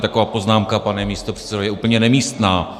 Taková poznámka, pane místopředsedo, je úplně nemístná.